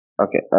Okay